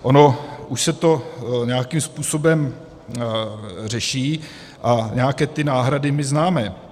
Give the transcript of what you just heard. Ono už se to nějakým způsobem řeší a nějaké náhrady známe.